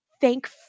Thank